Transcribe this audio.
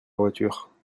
voiture